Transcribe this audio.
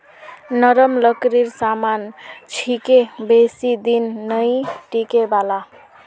नरम लकड़ीर सामान छिके बेसी दिन नइ टिकने वाला